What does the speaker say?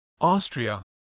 Austria